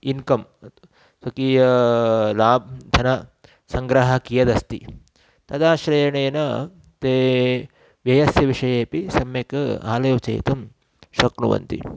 income स्वकीयं लाभम् धनसङ्ग्रहणं कियदस्ति तदाश्रयणेन ते व्ययस्य विषयेऽपि सम्यक् आलोचयितुं शक्नुवन्ति